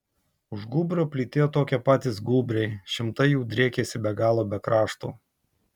už gūbrio plytėjo tokie patys gūbriai šimtai jų driekėsi be galo be krašto